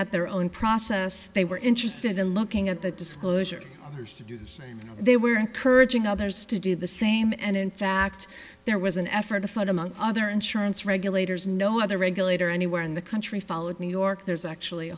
at their own process they were interested in looking at the disclosure to do they were encouraging others to do the same and in fact there was an effort to fight among other insurance regulators no other regulator anywhere in the country followed new york there's actually